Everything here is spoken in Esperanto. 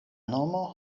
nomo